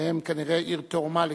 והם כנראה מעיר תאומה לקריית-ביאליק.